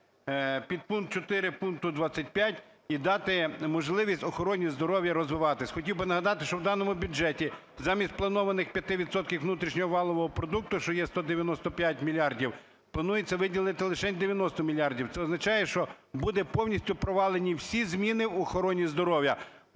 підпункт 4 пункту 25 і дати можливість охороні здоров'я розвиватись. Хотів би нагадати, що в даному бюджеті замість спланованих 5 відсотків внутрішнього валового продукту, що є 195 мільярдів, планується виділити лише 90 мільярдів. Це означає, що будуть повністю провалені всі зміни в охороні здоров'я.